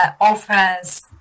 offers